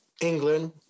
England